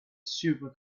super